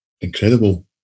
incredible